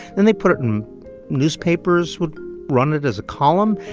then they put it in newspapers would run it as a column,